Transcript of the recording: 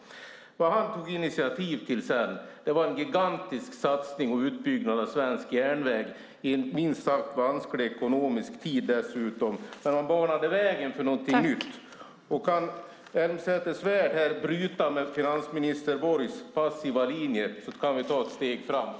Det han tog initiativ till sedan var en gigantisk satsning och utbyggnad av svensk järnväg, i en minst sagt vansklig ekonomisk tid dessutom. Han banade väg för någonting nytt. Kan Elmsäter-Svärd bryta med finansminister Borgs passiva linje kan vi ta ett steg framåt.